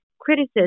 criticism